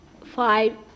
five